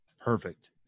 Perfect